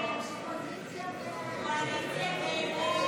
הסתייגות 37 לא נתקבלה.